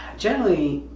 generally,